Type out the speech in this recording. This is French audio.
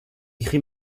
écrite